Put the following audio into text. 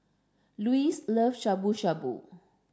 Luis love Shabu shabu